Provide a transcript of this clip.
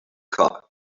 cup